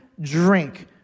drink